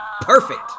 Perfect